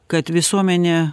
kad visuomenė